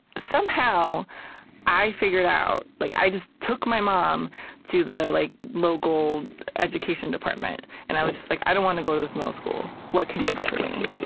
somehow i figured out like i just took my mom to the like local education department and i was just like i don't wanna go to this middle school. what can you do for me?